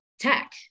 tech